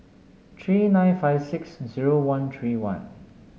three nine five six zero one three one